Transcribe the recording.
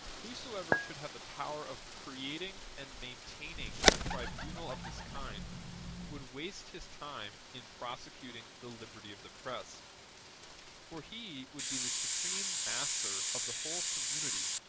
whosoever should have the power of creating and maintaining a tribunal of this kind would waste his time in prosecuting the liberty of the press for he would be the supreme master of the whole community,